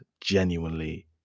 genuinely